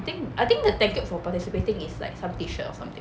I think I think the thank you for participating is like some T-shirt or something